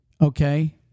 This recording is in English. okay